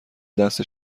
دست